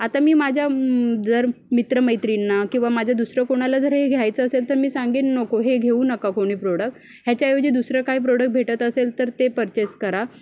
आता मी माझ्या जर मित्र मैत्रिणींना किंवा माझ्या दुसरं कुणाला जर हे घ्यायचं असेल तर मी सांगेन नको हे घेऊ नका कोणी प्रोडक ह्याच्याऐवजी दुसरं काही प्रोडक भेटत असेल तर ते पर्चेस करा